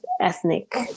ethnic